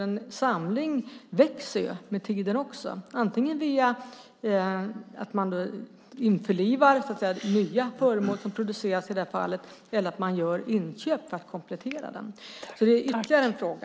En samling växer med tiden, antingen genom att nya föremål införlivas eller genom inköp för att komplettera samlingen. Det är ytterligare en fråga.